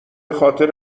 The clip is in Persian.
خاطر